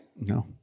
No